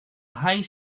high